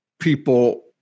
people